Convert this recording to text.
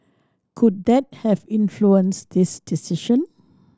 could that have influenced this decision